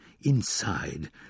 inside